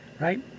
right